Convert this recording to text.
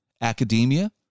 Academia